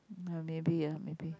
ah maybe ah maybe